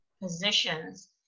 positions